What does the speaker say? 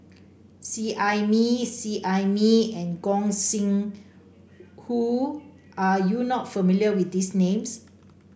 Seet Ai Mee Seet Ai Mee and Gog Sing Hooi are you not familiar with these names